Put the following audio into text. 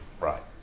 Right